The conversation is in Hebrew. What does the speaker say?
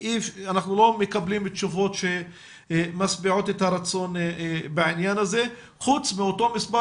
אנחנו לא מקבלים תשובות שמשביעות את הרצון בעניין הזה חוץ מאותו מספר